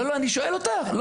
לא, אני שואל אותך.